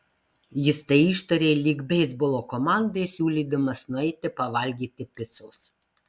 jis tai ištarė lyg beisbolo komandai siūlydamas nueiti pavalgyti picos